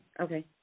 Okay